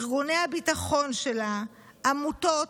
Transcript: ארגוני הביטחון שלה, עמותות,